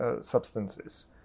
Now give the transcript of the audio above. substances